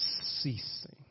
ceasing